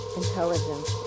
intelligence